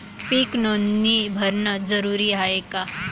पीक नोंदनी भरनं जरूरी हाये का?